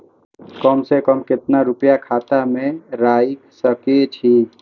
कम से कम केतना रूपया खाता में राइख सके छी?